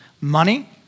Money